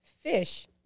fish